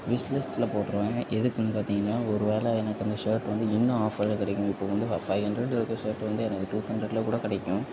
wish லிஸ்ட்டில் போட்டுருவேன் எதுக்குன்னு பார்த்தீங்கன்னா ஒரு வேள எனக்கு அந்த ஷர்ட் வந்து இன்னும் ஆஃபரில் கிடைக்கணும் இப்போ வந்து ஃப ஃபைவ் ஹண்ரட் இருக்கிற ஷர்ட்டு வந்து எனக்கு டூ ஹண்ட்ரட்டில் கூட கிடைக்கும்